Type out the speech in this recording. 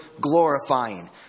glorifying